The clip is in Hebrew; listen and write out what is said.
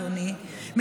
אדוני,